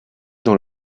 dans